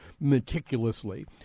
meticulously